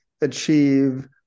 achieve